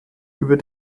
über